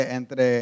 entre